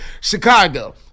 Chicago